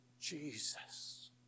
Jesus